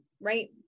right